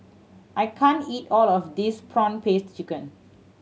I can't eat all of this prawn paste chicken